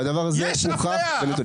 והדבר הזה הוכח בנתונים.